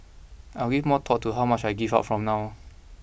I will give more thought to how much I give out from now